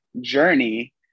journey